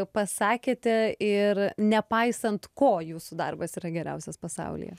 pasakėte ir nepaisant ko jūsų darbas yra geriausias pasaulyje